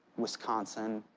wisconsin,